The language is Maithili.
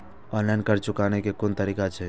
ऑनलाईन कर्ज चुकाने के कोन तरीका छै?